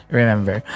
remember